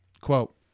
quote